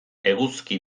eguzki